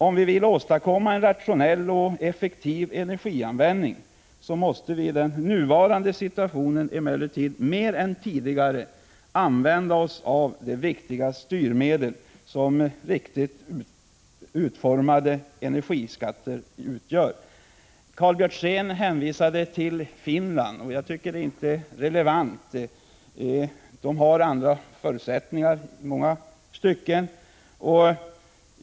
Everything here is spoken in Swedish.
Om vi vill åstadkomma en rationell och effektiv energianvändning, måste vi i den nuvarande situationen emellertid mer än tidigare använda oss av det viktiga styrmedel som riktigt utformade energiskatter utgör. Karl Björzén hänvisade till Finland. Jag tycker inte att det är relevant. Finland har i många stycken andra förutsättningar.